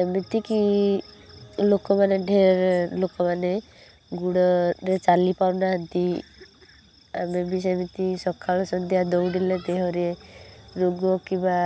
ଏମିତିକି ଲୋକ ମାନେ ଢେର ଲୋକ ମାନେ ଗୋଡ଼ରେ ଚାଲିପାରୁ ନାହାନ୍ତି ଆମେ ବି ସେମିତି ସକାଳୁ ସନ୍ଧ୍ୟା ଦୌଡ଼ିଲେ ଦେହରେ ରୋଗ କିମ୍ବା